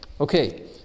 Okay